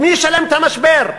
ומי ישלם על המשבר?